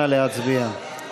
נא להצביע.